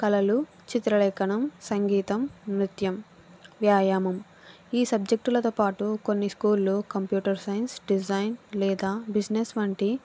కళలు చిత్రలేఖనం సంగీతం నృత్యం వ్యాయామం ఈ సబ్జెక్టులతో పాటు కొన్ని స్కూళ్ళు కంప్యూటర్ సైన్స్ డిజైన్ లేదా బిజినెస్ వంటి